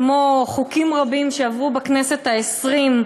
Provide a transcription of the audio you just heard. כמו חוקים רבים שעברו בכנסת העשרים,